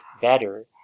better